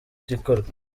igikorwa